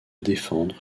défendre